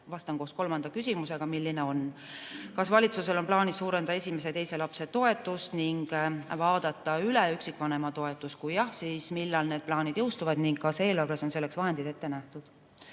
Vastan koos kolmanda küsimusega, milleks on: "Kas valitsusel on plaanis suurendada esimese ja teise lapse toetust ning vaadata üle üksikvanema toetus? Kui jah, siis millal need plaanid jõustuvad ning kas eelarves on selleks vahendid ette nähtud?"